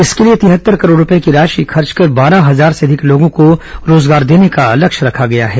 इसके लिए तिहत्तर करोड़ रूपये की राशि खर्च कर बारह हजार से अधिक लोगों को रोजगार देने का लक्ष्य रखा गया है